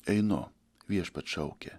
einu viešpats šaukia